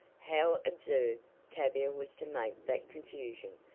how absurd tavia was to make that confusion,